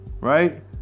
right